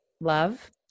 love